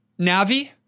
Navi